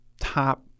top